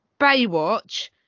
Baywatch